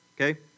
okay